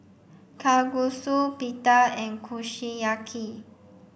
Kalguksu Pita and Kushiyaki